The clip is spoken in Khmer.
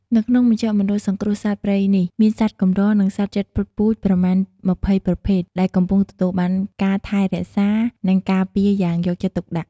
នៅក្នុងមជ្ឈមណ្ឌលសង្គ្រោះសត្វព្រៃនេះ មានសត្វកម្រ និងសត្វជិតផុតពូជប្រមាណ ២០ ប្រភេទ ដែលកំពុងទទួលបានការថែរក្សា និងការពារយ៉ាងយកចិត្តទុកដាក់